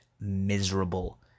miserable